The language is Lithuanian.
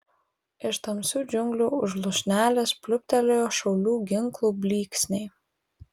iš tamsių džiunglių už lūšnelės pliūptelėjo šaulių ginklų blyksniai